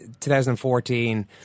2014